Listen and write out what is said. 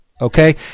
Okay